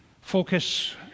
Focus